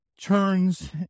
turns